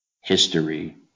history